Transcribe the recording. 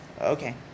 okay